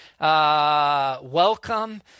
welcome